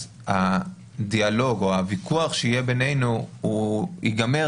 אז הדיאלוג או הוויכוח שיהיה בינינו הוא ייגמר